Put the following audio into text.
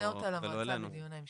הוא מפנה אותה למועצה לדיון ההמשך.